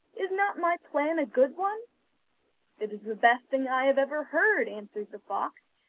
is not my plan a good one it is the best thing i have ever heard answered the fox